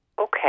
Okay